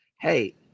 hey